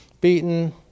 beaten